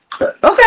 Okay